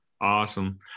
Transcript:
Awesome